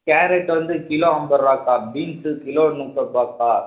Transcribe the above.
carrot வந்து kilo ஐம்பது ருபாக்கா பீன்ஸ்ஸு கிலோ முப்பருபாக்கா